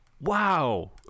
Wow